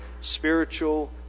spiritual